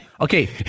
Okay